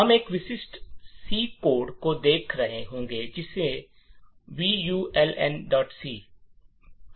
हम एक विशिष्ट सी कोड को देख रहे होंगे जिसे vulnc कहा जाता है